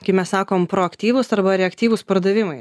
kai mes sakom proaktyvūs arba reaktyvūs pardavimai ar ne